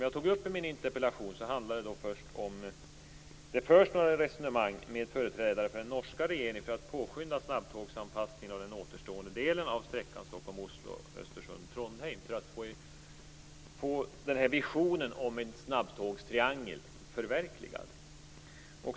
Jag frågade i min interpellation om det förs några resonemang med företrädare för den norska regeringen för att påskynda snabbtågsanpassningen av den återstående delen av sträckan Stockholm-Oslo och Östersund-Trondheim för att visionen om en snabbtågstriangel skall kunna förverkligas.